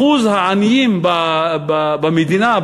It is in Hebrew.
אחוז העניים במדינה,